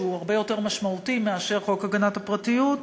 שהוא הרבה יותר משמעותי מחוק הגנת הפרטיות,